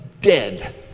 dead